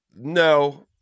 no